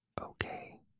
Okay